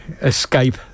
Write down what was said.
escape